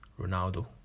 ronaldo